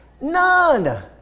None